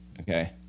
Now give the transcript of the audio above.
Okay